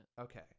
okay